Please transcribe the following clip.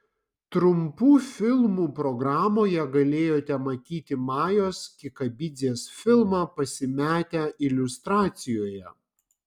trumpų filmų programoje galėjote matyti majos kikabidzės filmą pasimetę iliustracijoje